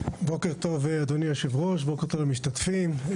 בוקר טוב אדוני היו"ר, בוקר טוב למשתתפים.